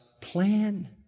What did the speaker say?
plan